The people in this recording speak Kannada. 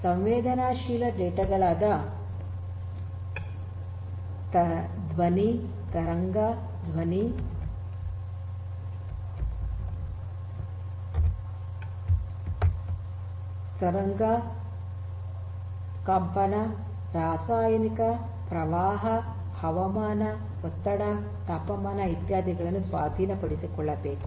ಸಂವೇದನಾಶೀಲ ಡೇಟಾ ಗಳಾದ ಧ್ವನಿ ತರಂಗ ಧ್ವನಿ ತರಂಗ ಕಂಪನ ರಾಸಾಯನಿಕ ಪ್ರವಾಹ ಹವಾಮಾನ ಒತ್ತಡ ತಾಪಮಾನ ಇತ್ಯಾದಿಗಳನ್ನು ಸ್ವಾಧೀನಪಡಿಸಿಕೊಳ್ಳಬೇಕು